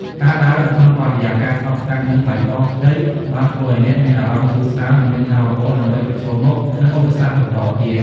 ការដើរនៅក្នុងបរិយាកាសស្ងប់ស្ងាត់និងបៃតងខ្ចីបានធ្វើឱ្យអ្នកមានអារម្មណ៍ធូរស្រាលនិងមានថាមពលដើម្បីប្រឈមមុខនឹងឧបសគ្គបន្តទៀត។